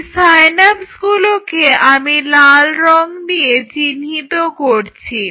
এই সাইন্যাপসগুলোকে আমি লাল রং দিয়ে চিহ্নিত করছি